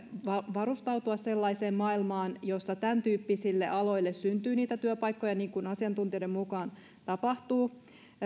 varustautua sellaiseen maailmaan jossa tämäntyyppisille aloille syntyy niitä työpaikkoja niin kuin asiantuntijoiden mukaan tapahtuu